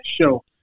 show